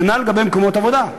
כנ"ל לגבי מקומות עבודה.